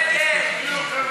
מיכל רוזין ותמר